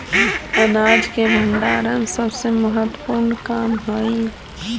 अनाज के भण्डारण सबसे महत्त्वपूर्ण काम हइ